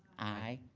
aye.